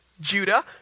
Judah